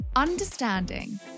Understanding